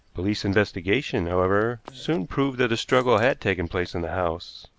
police investigation, however, soon proved that a struggle had taken place in the house.